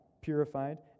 purified